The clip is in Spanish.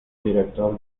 director